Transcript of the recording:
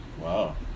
Wow